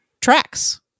tracks